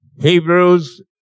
Hebrews